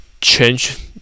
change